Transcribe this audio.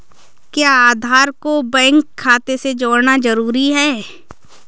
क्या आधार को बैंक खाते से जोड़ना जरूरी है?